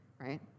right